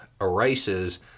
erases